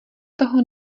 toho